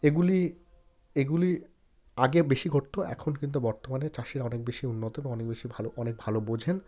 এগুলি এগুলি আগে বেশি ঘটত এখন কিন্তু বর্তমানে চাষিরা অনেক বেশি উন্নত এবং অনেক বেশি ভালো অনেক ভালো বোঝেন